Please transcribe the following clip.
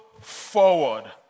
forward